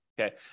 okay